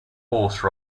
horse